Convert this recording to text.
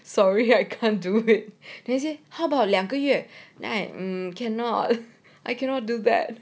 sorry I can't do it then he say how about 两个月 then I cannot I cannot do that